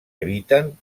habiten